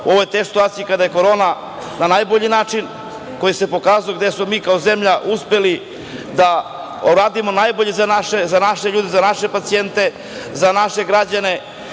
ovoj teškoj situaciji kada je korona na najbolji način, gde smo mi kao zemlja uspeli da uradimo najbolje za naše ljude, za naše pacijente, za naše građane.